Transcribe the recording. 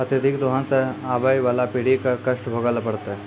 अत्यधिक दोहन सें आबय वाला पीढ़ी क कष्ट भोगै ल पड़तै